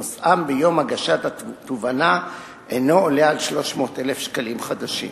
ביום הגשת התובענה, אינו עולה על 300,000 ש"ח, ",